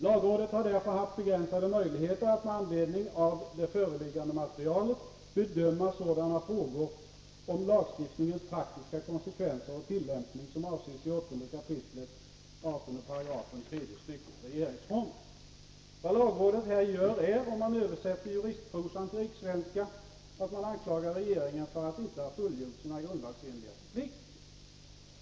Lagrådet har därför haft begränsade möjligheter att med ledning av det föreliggande materialet bedöma sådana frågor om lagstiftningens praktiska konsekvenser och tillämpning som avses i 8 kap. 18 §3 stycket regeringsformen.” Vad lagrådet här gör är — om man översätter juristprosan till rikssvenska — att anklaga regeringen för att inte ha fullgjort sina grundlagsenliga förpliktelser.